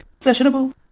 Sessionable